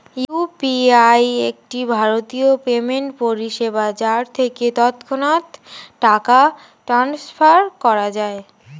UPI একটি ভারতীয় payment পরিষেবা যার থেকে তৎক্ষণাৎ টাকা ট্রান্সফার করা যায়